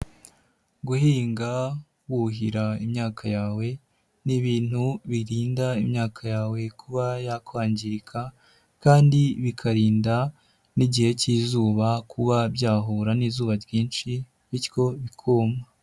Guhinga wuhira imyaka yawe n'ibintu birinda imyaka yawe kuba yakwangirika kandi bikarinda n'igihe cy'izuba kuba byahura n'izuba ryinshi bityo bikuma.